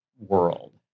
world